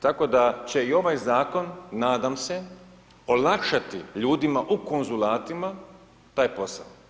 Tako da će i ovaj zakon nadam se olakšati ljudima u konzulatima taj posao.